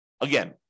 Again